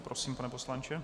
Prosím, pane poslanče.